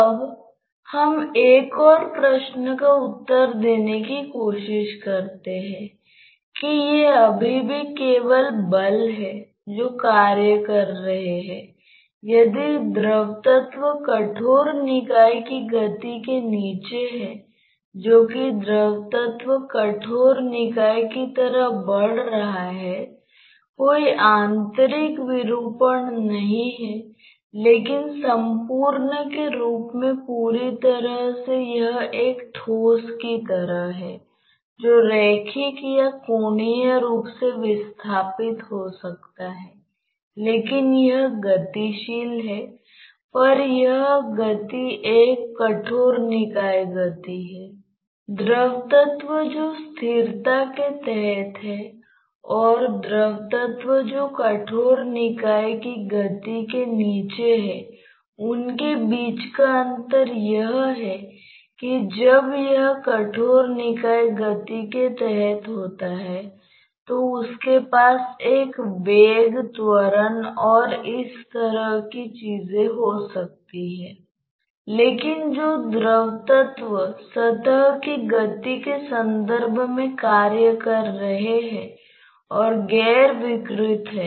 अब स्लिप की स्थिति नहीं होने के कारण यह तरल पदार्थ ऊपर से नहीं निकल सकता है क्योंकि कोई भी स्लिप यह सुनिश्चित नहीं करती है कि इसमें कोई स्पर्शरेखा घटक नहीं है लेकिन यह केवल इसकी एक भेदन स्थिति है क्योंकि यह केवल दीवार के माध्यम से भेद नहीं कर सकती है और बाहर नहीं जा सकती है क्योंकि यह सिर्फ पूरी तरह से ढकी हुई ठोस दीवार है